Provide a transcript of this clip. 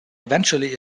eventually